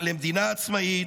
למדינה עצמאית,